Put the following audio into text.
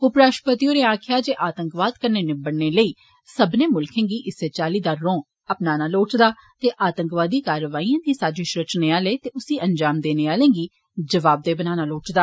उप राश्ट्रपति होरें आक्खेया जे आंतकवाद कन्नै निबड़ने लेइ सब्बने मुल्खें गी इस्सै चाल्ली दा रौं अपनाना लोढ़चदा ते आंतकवादी कारवाइए दी साजिष रचने आले ते उस्सी अंजाम देने आलें गी जवावदेह बनाना लोढ़चदा